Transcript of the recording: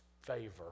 favor